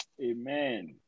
Amen